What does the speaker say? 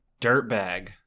Dirtbag